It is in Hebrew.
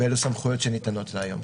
ואלו סמכויות שניתנות לה היום.